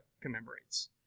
commemorates